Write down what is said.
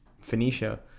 Phoenicia